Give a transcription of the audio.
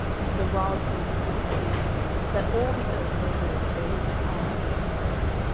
and to the wild beasts of the earth that all the earth may know that there is a god in israel.